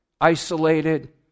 isolated